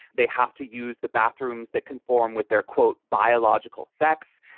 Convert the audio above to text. they have to use the bathrooms that conform with their quote. biological sex.